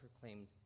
proclaimed